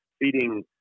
feeding